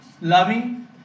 loving